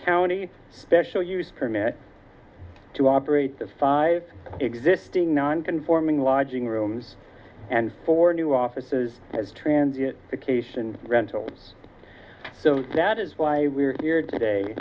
nty special use permit to operate the five existing non conforming lodging rooms and for new offices as transit occasion rentals so that is why we're here today